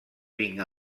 vinc